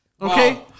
Okay